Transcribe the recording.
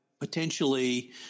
potentially